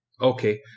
Okay